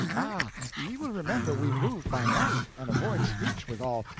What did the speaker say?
ah, ye will remember we move by night, and avoid speech with all.